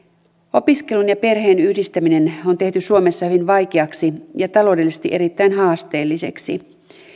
opiskelun ja perheen yhdistäminen on tehty suomessa hyvin vaikeaksi ja taloudellisesti erittäin haasteelliseksi